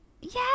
Yes